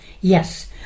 Yes